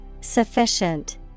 Sufficient